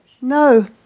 No